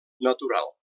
natural